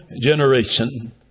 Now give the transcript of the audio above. generation